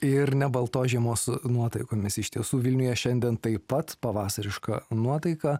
ir ne baltos žiemos nuotaikomis iš tiesų vilniuje šiandien taip pat pavasariška nuotaika